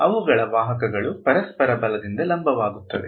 ಅವುಗಳ ವಾಹಕಗಳು ಪರಸ್ಪರ ಬಲಕ್ಕೆ ಲಂಬವಾಗಿರುತ್ತವೆ